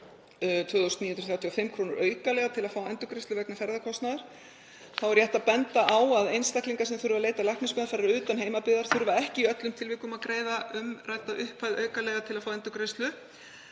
2.935 kr. aukalega til að fá endurgreiðslu vegna ferðakostnaðar. Þá er rétt að benda á að einstaklingar sem þurfa að leita læknismeðferðar utan heimabyggðar þurfa ekki í öllum tilvikum að greiða umrædda upphæð aukalega til að fá endurgreiðslu.